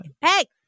hey